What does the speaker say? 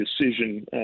decision